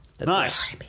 Nice